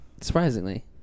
Surprisingly